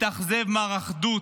התאכזב מר אחדות,